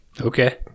Okay